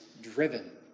driven